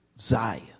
Zion